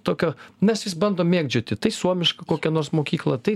tokio mes vis bandom mėgdžioti tai suomišką koki nors mokykla tai